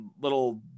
little